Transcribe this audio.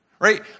right